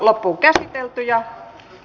kysymyksen käsittely päättyi